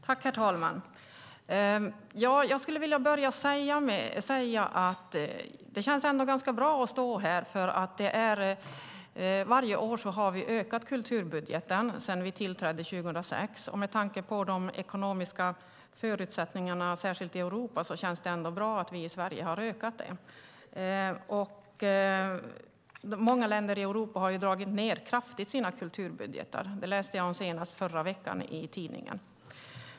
Herr talman! Det känns ändå bra att stå här. Varje år har Alliansen ökat kulturbudgeten sedan vi tillträdde 2006. Med tanke på de ekonomiska förutsättningarna särskilt i Europa känns det ändå bra att Sverige har ökat budgeten. Många länder i Europa har gjort kraftiga neddragningar i sina kulturbudgetar. Det läste jag senast i förra veckan i tidningen.